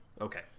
okay